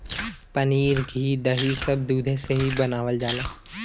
पनीर घी दही सब दुधे से ही बनावल जाला